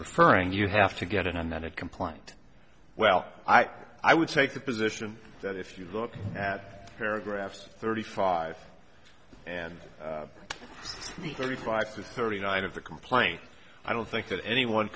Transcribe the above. referring you have to get in and then a compliant well i i would take the position that if you look at paragraph thirty five and the thirty five to thirty nine of the complaint i don't think that anyone